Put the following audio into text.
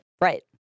Right